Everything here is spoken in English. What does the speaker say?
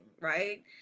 right